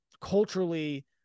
culturally